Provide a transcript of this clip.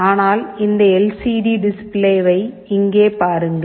ஆனால் இந்த எல்சிடி டிஸ்ப்ளேவை இங்கே பாருங்கள்